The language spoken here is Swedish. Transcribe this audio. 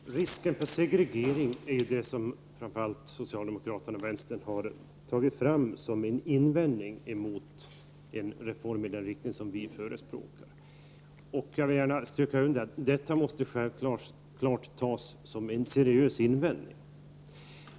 Herr talman! Risken för segregering är det som framför allt socialdemokraterna och vänsterpartiet har anfört som en invändning mot en reform i den riktning som vi förespråkar. Jag vill gärna stryka under att detta självfallet måste tas som en seriös invändning.